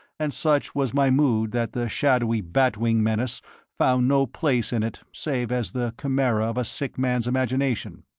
and such was my mood that the shadowy bat wing menace found no place in it save as the chimera of a sick man's imagination.